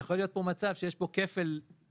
יכול להיות כאן מצב שיש כאן כפל קנס.